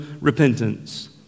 repentance